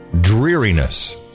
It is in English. dreariness